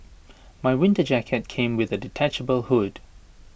my winter jacket came with A detachable hood